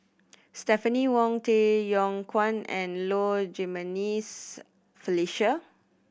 Stephanie Wong Tay Yong Kwang and Low Jimenez Felicia